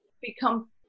become